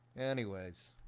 anyways